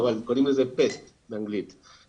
אבל קוראים לזה "Pest" באנגלית,